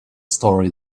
story